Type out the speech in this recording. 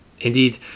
Indeed